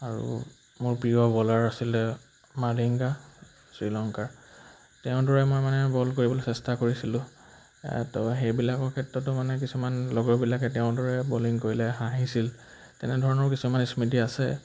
আৰু মোৰ প্ৰিয় বলাৰ আছিলে মালিংগা শ্ৰীলংকাৰ তেওঁৰ দৰে মই মানে বল কৰিবলৈ চেষ্টা কৰিছিলোঁ তো সেইবিলাকৰ ক্ষেত্ৰতো মানে কিছুমান লগৰবিলাকে তেওঁৰ দৰে বলিং কৰিলে হাঁহিছিল তেনেধৰণৰ কিছুমান স্মৃতি আছে